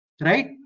Right